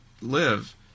live